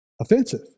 offensive